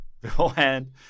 beforehand